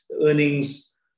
earnings